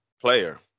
player